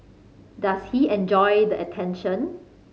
does he enjoy the attention